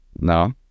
No